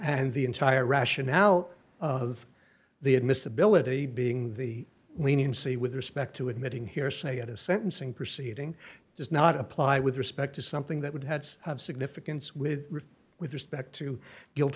and the entire rationale of the admissibility being the leniency with respect to admitting hearsay at a sentencing proceeding does not apply with respect to something that would have of significance with with respect to guilt